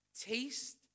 taste